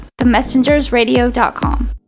themessengersradio.com